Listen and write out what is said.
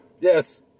Yes